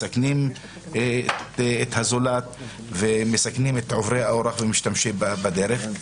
מסכנים את הזולת ומסכנים את עוברי האורח בדרך.